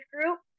group